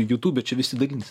jtūbe čia visi dalinasi